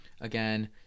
Again